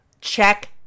check